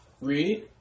Read